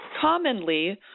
commonly